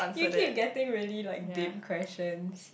you keep getting really like deep questions